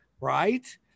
right